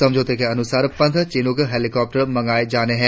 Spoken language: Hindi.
समझौते के अनुसार पंद्रह चिनुक हैलीकॉप्टर मंगाए जाने हैं